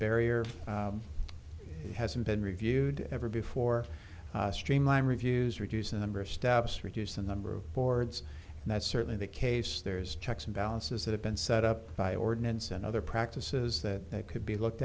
barrier has been reviewed ever before streamline reviews reduce the number of steps reduce the number of boards and that's certainly the case there is checks and balances that have been set up by ordinance and other practices that could be looked